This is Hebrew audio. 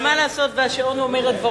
אבל מה לעשות והשעון אומר את דברו.